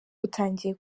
butangiye